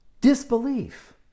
Disbelief